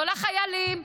לא לחיילים,